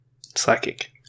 psychic